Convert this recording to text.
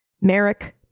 Merrick